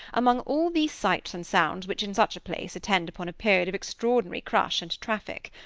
among all these sights and sounds which in such a place attend upon a period of extraordinary crush and traffic.